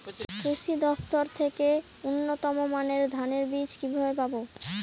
কৃষি দফতর থেকে উন্নত মানের ধানের বীজ কিভাবে পাব?